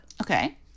okay